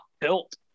built